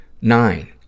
Nine